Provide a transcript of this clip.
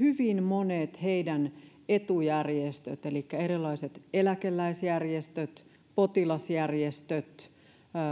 hyvin monet heidän etujärjestöistään elikkä erilaiset eläkeläisjärjestöt potilasjärjestöt